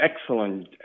excellent